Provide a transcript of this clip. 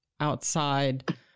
outside